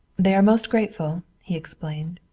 they are most grateful, he explained.